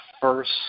first